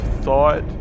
thought